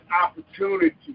opportunity